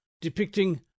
depicting